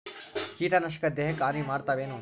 ಕೀಟನಾಶಕ ದೇಹಕ್ಕ ಹಾನಿ ಮಾಡತವೇನು?